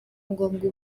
ngombwa